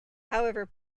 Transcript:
however